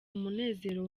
umunezero